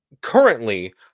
Currently